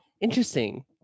Interesting